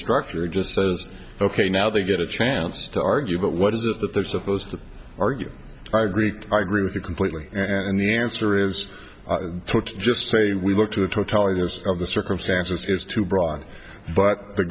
structure just says ok now they get a chance to argue but what is it that they're supposed to argue i agree i agree with you completely and the answer is just say we look to the totality of the circumstances is too broad but the